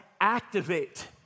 activate